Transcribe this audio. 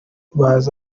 bazi